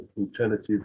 alternative